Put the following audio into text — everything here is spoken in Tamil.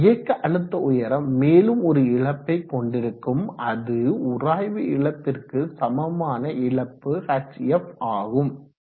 இயக்க அழுத்த உயரம் மேலும் ஒரு இழப்பை கொண்டிருக்கும் அது உராய்வு இழப்பிற்கு சமமான இழப்பு hf ஆகும்